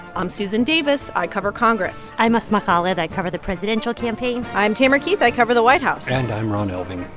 i'm susan davis. i cover congress i'm i'm asma khalid. i cover the presidential campaign i'm tamara keith. i cover the white house and i'm ron elving,